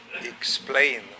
explain